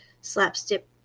slapstick